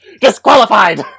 disqualified